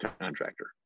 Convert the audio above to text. contractor